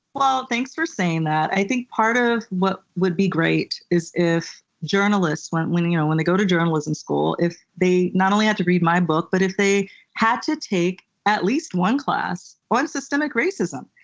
well, thanks for saying that. i think part of what would be great is if journalists when when you know they go to journalism school if they not only had to read my book but if they had to take at least one class on systemic racism.